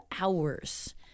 hours